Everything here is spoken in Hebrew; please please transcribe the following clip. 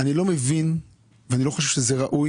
אני לא מבין, אני לא חושב שזה ראוי